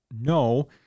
No